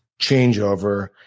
changeover